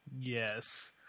Yes